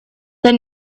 the